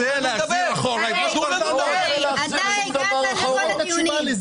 קרעי, אתה הגעת לכל הדיונים.